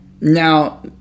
Now